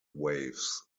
waves